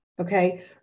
Okay